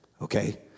Okay